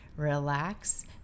Relax